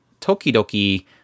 Tokidoki